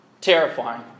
terrifying